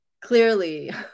clearly